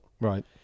Right